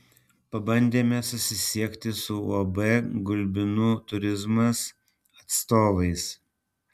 pabandėme susisiekti su uab gulbinų turizmas atstovais